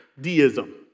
deism